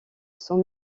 sent